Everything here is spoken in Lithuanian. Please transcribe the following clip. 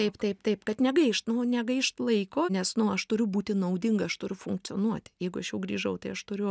taip taip taip kad negaišt nu negaišt laiko nes nu aš turiu būti naudinga aš turiu funkcionuoti jeigu aš jau grįžau tai aš turiu